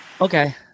Okay